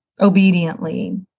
obediently